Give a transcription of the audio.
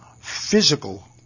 physical